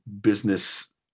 business